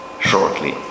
shortly